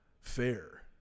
Fair